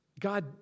God